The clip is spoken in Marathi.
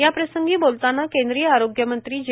याप्रसंगी बोलतांना केंद्रीय आरोग्यमंत्री जे